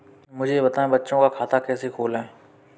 मुझे बताएँ बच्चों का खाता कैसे खोलें?